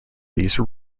these